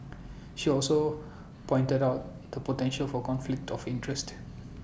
she also pointed out the potential for conflict of interest